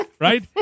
right